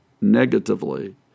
negatively